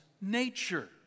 nature